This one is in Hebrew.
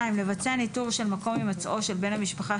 לבצע ניטור של מקום הימצאו של בן המשפחה